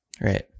Right